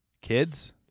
kids